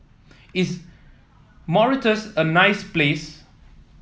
is Mauritius a nice place